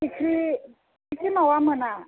फिथिख्रि फिथिख्रि मावा मोना